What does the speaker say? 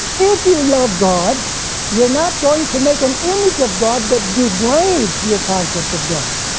if you love god you're not going to make an image of god that degrades your concept of god.